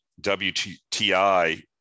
wti